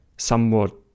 somewhat